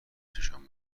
چشام